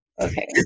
okay